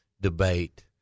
debate